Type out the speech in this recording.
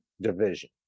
division